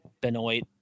Benoit